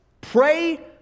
Pray